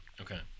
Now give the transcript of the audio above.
Okay